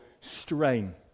strain